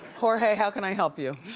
jorge, how can i help you?